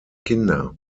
kinder